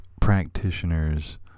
practitioners